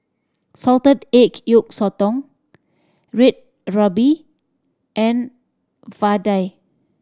salted age yolk sotong Red Ruby and vadai